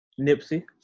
Nipsey